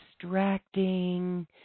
distracting